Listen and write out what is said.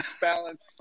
balance